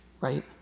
right